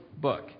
book